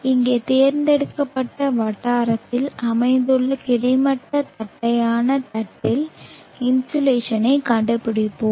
இங்கே தேர்ந்தெடுக்கப்பட்ட வட்டாரத்தில் அமைந்துள்ள கிடைமட்ட தட்டையான தட்டில் இன்சோலேஷனைக் கண்டுபிடிப்போம்